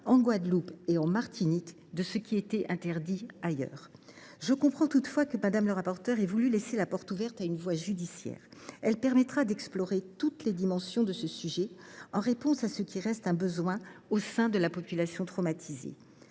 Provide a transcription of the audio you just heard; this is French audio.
en Guadeloupe et en Martinique, de ce qui était interdit ailleurs. Je comprends toutefois que Mme le rapporteur ait voulu laisser la porte ouverte à une voie judiciaire d’indemnisation, qui permettra d’explorer toutes les dimensions de ce sujet, en réponse à ce qui reste un besoin au sein de la population traumatisée.